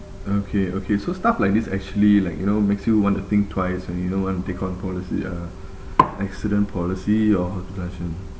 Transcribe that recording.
okay okay so stuff like this actually like you know makes you want to think twice and you don't want to take on policy ah accident policy or hospitalisation